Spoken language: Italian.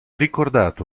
ricordato